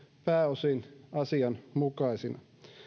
pääosin asianmukaisina